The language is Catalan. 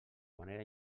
manera